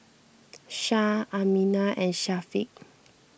Shah Aminah and Syafiq